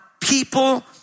people